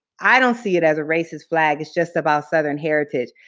i don't see it as a racist flag, it's just about southern heritage,